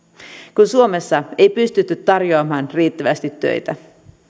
kun suomessa ei pystytty tarjoamaan riittävästi töitä